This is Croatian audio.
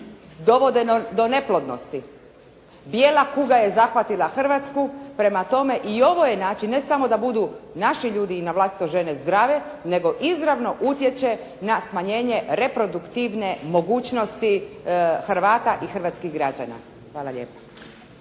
dovode do neplodnosti. Bijela kuga je zahvatila Hrvatsku. Prema tome i ovo je način ne samo da budu naši ljudi i navlastito žene zdravi nego izravno utječe na smanjenje reproduktivne mogućnosti Hrvata i hrvatskih građana. Hvala lijepa.